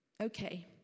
okay